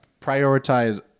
prioritize